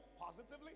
positively